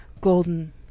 Golden